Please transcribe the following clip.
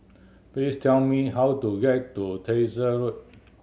please tell me how to get to Tyersall Road